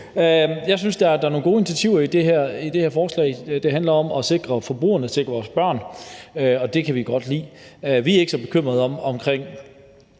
Jeg synes, der er nogle gode initiativer i det her forslag. Det handler om at sikre forbrugerne, sikre vores børn, og det kan vi godt lide. Vi er ikke så bekymrede over,